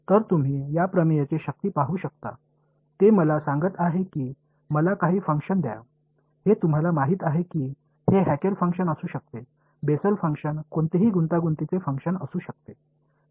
तर तुम्ही या प्रमेयची शक्ती पाहू शकता ते मला सांगत आहे की मला काही फंक्शन द्या हे तुम्हाला माहित आहे की हे हँकेल फंक्शन असू शकते बेसल फंक्शन कोणतेही गुंतागुंतीचे फंक्शन असू शकते